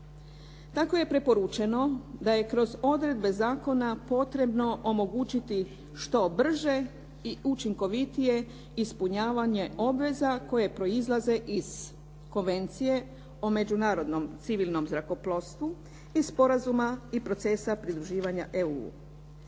Tako je preporučeno da je kroz odredbe zakona potrebno omogućiti što brže i učinkovitije ispunjavanje obveza koje proizlaze iz Konvencije o međunarodnom civilnom zrakoplovstvu i Sporazuma i procesa pridruživanja EU.